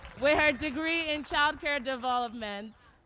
with her degree in child care development.